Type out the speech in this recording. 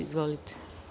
Izvolite.